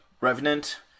revenant